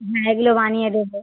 হ্যাঁ এগুলো বানিয়ে দেবো